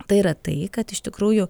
tai yra tai kad iš tikrųjų